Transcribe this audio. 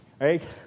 right